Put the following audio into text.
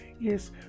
Yes